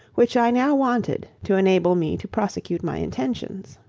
which i now wanted to enable me to prosecute my intentions.